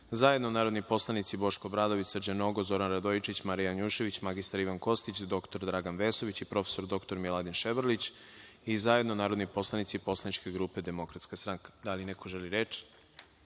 zajedno narodni poslanici Boško Obradović, Srđan Nogo, Zoran Radojičić, Marija Janjušević, mr Ivan Kostić, dr Dragan Vesović i prof. dr Miladin Ševarlić i zajedno narodni poslanici Poslaničke grupe DS.Da li neko želi reč?